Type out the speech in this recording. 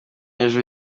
hejuru